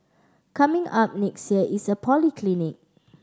coming up next year is a polyclinic